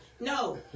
No